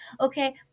Okay